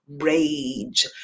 rage